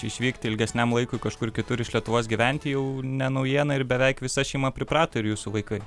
išvykti ilgesniam laikui kažkur kitur iš lietuvos gyventi jau ne naujiena ir beveik visa šeima priprato ir jūsų vaikai